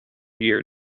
year